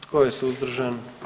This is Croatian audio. Tko je suzdržan?